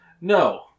No